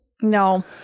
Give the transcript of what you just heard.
No